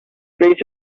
places